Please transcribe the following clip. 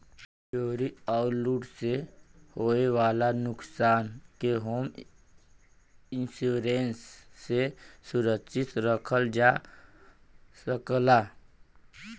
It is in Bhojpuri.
चोरी आउर लूट से होये वाले नुकसान के होम इंश्योरेंस से सुरक्षित रखल जा सकला